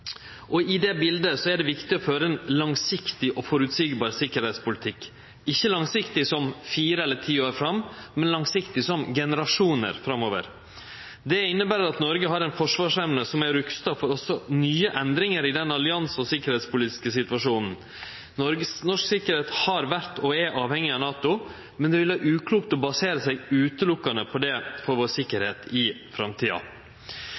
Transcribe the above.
og i det bildet er det viktig å føre ein langsiktig og føreseieleg sikkerheitspolitikk – ikkje langsiktig som fire eller ti år fram, men langsiktig som generasjonar framover. Det inneber at Noreg har ei forsvarsevne som er rusta også for nye endringar i den allianse- og sikkerheitspolitiske situasjonen. Norsk sikkerheit har vore og er avhengig av NATO, men det ville vere uklokt å basere vår sikkerheit utelukkande på det i framtida. Difor synest ikkje vi at langtidsplanen for